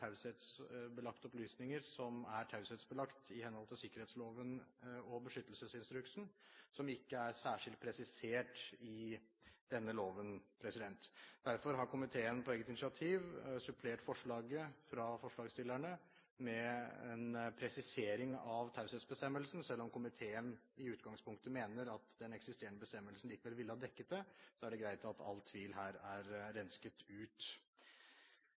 sikkerhetsloven og beskyttelsesinstruksen, noe som ikke er særskilt presisert i denne loven. Derfor har komiteen på eget initiativ supplert forslaget fra forslagsstillerne med en presisering av taushetsbestemmelsen. Selv om komiteen i utgangspunktet mener at den eksisterende bestemmelsen likevel ville ha dekket det, er det greit at all tvil her er rensket ut.